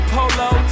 Polo